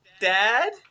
Dad